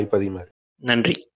Nandri